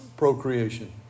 Procreation